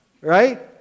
right